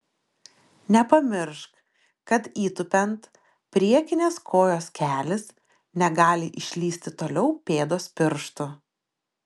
nepamiršk kad įtūpiant priekinės kojos kelis negali išlįsti toliau pėdos pirštų